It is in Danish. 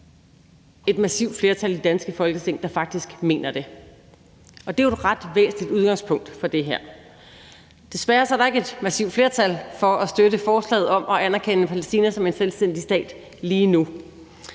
et massivt flertal i det danske Folketing, der faktisk mener det. Det er jo et ret væsentligt udgangspunkt for det her. Desværre er der ikke et massivt flertal for at støtte forslaget om at anerkende Palæstina som en selvstændig stat lige nu.